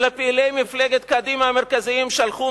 אלא פעילי מפלגת קדימה המרכזיים שלחו